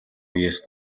үеэс